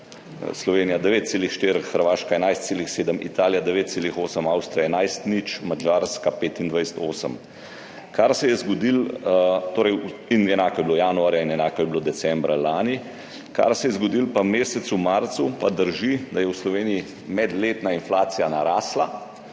Slovenija 9,4 %, Hrvaška 11,7 %,, Italija 9,8 %,, Avstrija 11,0 %,, Madžarska 25,8 %. Enako je bilo januarja in enako je bilo decembra lani. Kar se je zgodilo pa v mesecu marcu, pa drži, da je v Sloveniji medletna inflacija narasla,